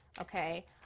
Okay